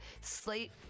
Slate